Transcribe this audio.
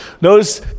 Notice